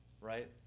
Right